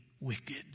wicked